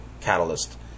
Catalyst